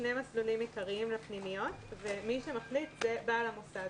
שני מסלולים עיקריים לפנימיות ומי שמחליט הוא בעל המוסד,